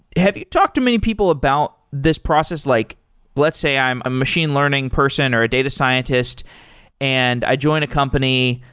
have you talked to many people about this process? like let's say i'm a machine learning person or a data scientist and i join a company.